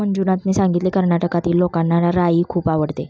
मंजुनाथने सांगितले, कर्नाटकातील लोकांना राई खूप आवडते